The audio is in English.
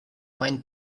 fine